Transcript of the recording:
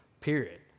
period